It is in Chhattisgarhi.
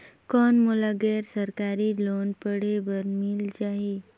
कौन मोला गैर सरकारी लोन पढ़े बर मिल जाहि?